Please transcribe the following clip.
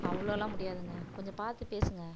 அவ்வளோலாம் முடியாதுங்க கொஞ்சம் பார்த்து பேசுங்க